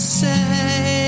say